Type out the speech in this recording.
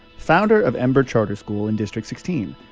founder of ember charter school in district sixteen.